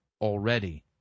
already